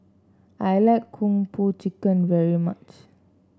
I like Kung Po Chicken very much